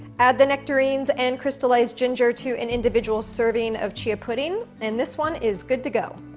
add the nectarines and crystallized ginger to an individual serving of chia pudding and this one is good to go.